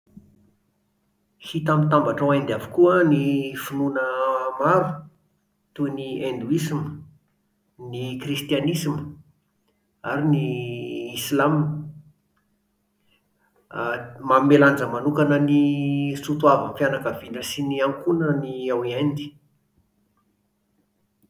Hita mitambatra ao Inde avokoa an, ny finoana maro, toy ny hindoisma, ny kristianisma ary ny islam. a Manome lanja manokana ny soatoavin'ny fianakaviana sy ny ankohonana ny ao Inde